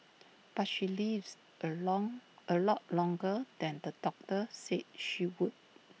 but she lives A long A lot longer than the doctor said she would